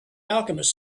alchemist